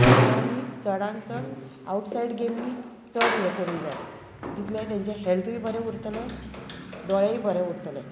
भुरग्यांनी चडान चड आवटसायड गेमी चड हें करूंक जाय तितले तेंचे हॅल्थूय बरें उरतलें दोळेय बरें उरतले